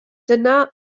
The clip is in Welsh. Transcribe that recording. dyna